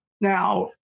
Now